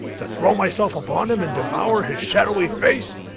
to throw myself upon him and devour his shadowy face.